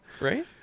Right